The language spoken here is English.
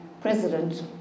president